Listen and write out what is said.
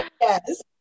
yes